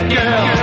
girl